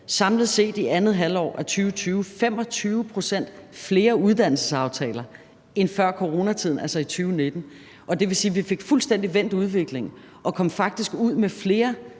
samlet set i andet halvår af 2007 faktisk at få lavet 25 pct. flere uddannelsesaftaler end før coronatiden, altså i 2019. Det vil sige, at vi fik fuldstændig vendt udviklingen og kom faktisk ud med flere